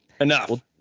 enough